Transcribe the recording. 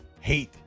hate